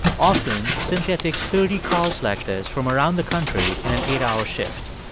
often, cynthia takes thirty calls like this from around the country in an eight-hour shift.